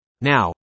Now